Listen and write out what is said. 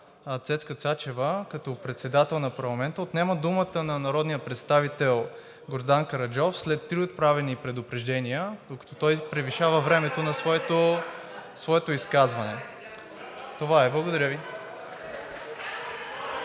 Цецка Цачева като председател на парламента отнема думата на народния представител Гроздан Караджов след три отправени предупреждения, докато той превишава времето на своето изказване. (Шум и реплики